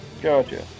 Gotcha